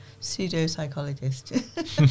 pseudo-psychologist